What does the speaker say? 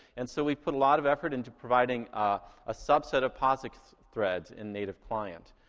and so we've put a lot of effort into providing ah a subset of posix threads in native client.